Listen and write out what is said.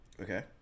Okay